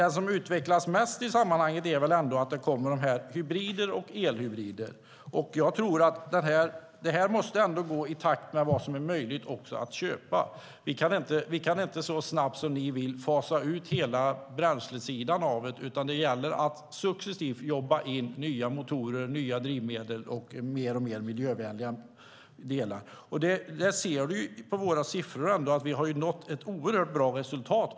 De som utvecklas mest i sammanhanget är hybrider och elhybrider. Denna utveckling måste gå i takt med vad som är möjligt att köpa. Vi kan inte så snabbt som ni vill fasa ut hela bränslesidan, utan det gäller att successivt jobba in nya motorer, drivmedel och mer miljövänliga delar. Våra siffror visar att vi har nått ett oerhört bra resultat.